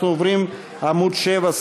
אנחנו עוברים לעמוד 7,